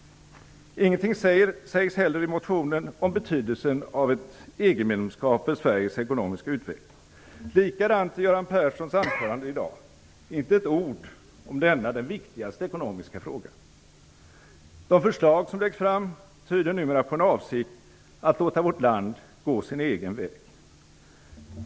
Ingenting sägs heller i motionen om betydelsen av ett EG-medlemskap för Sveriges ekonomiska utveckling. Likadant är det i Göran Perssons anförande i dag. Han säger inte ett ord om denna den viktigaste ekonomiska frågan. De förslag som läggs fram tyder numera på en avsikt att låta vårt land gå sin egen väg.